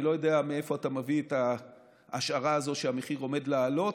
אני לא יודע מאיפה אתה מביא את ההשערה הזאת שהמחיר עומד לעלות.